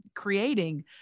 creating